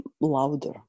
louder